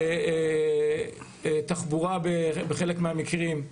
תחבורה בחלק מהמקרים.